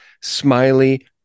smiley